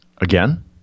Again